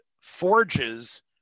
forges